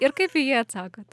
ir kaip į jį atsakot